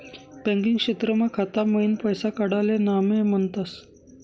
banking क्षेत्रमा खाता मईन पैसा काडाले नामे म्हनतस